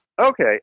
Okay